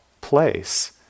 place